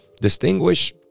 distinguish